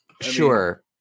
sure